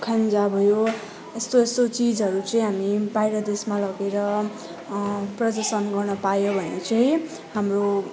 ख्यान्जा भयो यस्तो यस्तो चिजहरू चाहिँ हामी बाहिर देशमा लगेर प्रर्दशन गर्न पायो भने चाहिँ हाम्रो